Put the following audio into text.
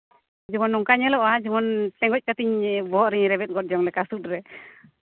ᱡᱮᱢᱚᱱ ᱱᱚᱝᱠᱟ ᱧᱮᱞᱚᱜᱼᱟ ᱡᱮᱢᱚᱱ ᱴᱮᱸᱜᱚᱡᱽ ᱠᱟᱛᱤᱧ ᱵᱚᱦᱚᱜ ᱨᱤᱧ ᱨᱚᱵᱚᱫ ᱡᱚᱝ ᱞᱮᱠᱟ ᱥᱩᱫ ᱨᱮ